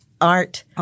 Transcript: art